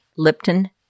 Lipton